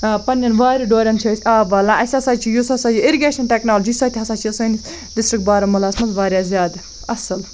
پنٛنٮ۪ن وارِ ڈورٮ۪ن چھِ أسۍ آب والان اَسہِ ہَسا چھِ یُس ہَسا یہِ اِرِگیشَن ٹٮ۪کنالجی سۄ تہِ ہَسا چھِ سٲنِس ڈِسٹِرٛک بارہموٗلاہَس منٛز واریاہ زیادٕ اَصٕل